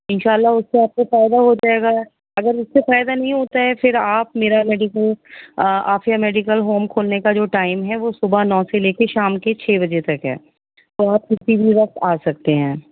انشاء اللہ اس سے آپ کو فائدہ ہو جائے گا اگر اس سے فائدہ نہیں ہوتا ہے پھر آپ میرا میڈیکل عافیہ میڈیکل ہوم کھلنے کا جو ٹائم ہے وہ صبح نو سے لے کے شام کے چھ بجے تک ہے تو آپ کسی بھی وقت آ سکتے ہیں